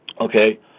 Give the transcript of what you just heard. Okay